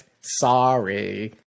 Sorry